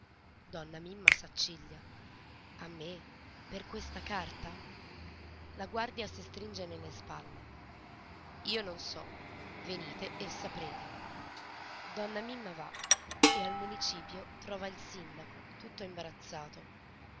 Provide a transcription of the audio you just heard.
donna mimma s'acciglia a me per questa carta la guardia si stringe nelle spalle io non so venite e saprete donna mimma va e al municipio trova il sindaco tutto imbarazzato